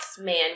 man